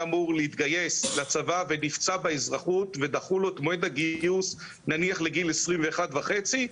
אמור להתגייס לצבא ונפצע באזרחות ודחו לו את מועד הגיוס נניח לגיל 21.5,